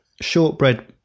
shortbread